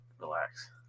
relax